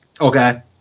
okay